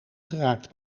geraakt